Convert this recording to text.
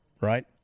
Right